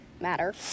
matter